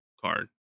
card